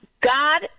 God